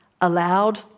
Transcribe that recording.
Allowed